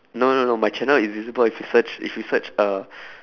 no no no my channel is visible if you search if you search uh